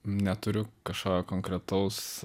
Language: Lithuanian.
neturiu kažką konkretaus